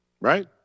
Right